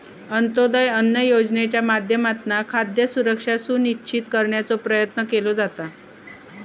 अंत्योदय अन्न योजनेच्या माध्यमातना खाद्य सुरक्षा सुनिश्चित करण्याचो प्रयत्न केलो जाता